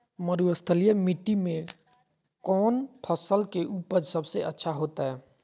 मरुस्थलीय मिट्टी मैं कौन फसल के उपज सबसे अच्छा होतय?